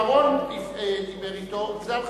כשבר-און דיבר אתו זה על חשבונו,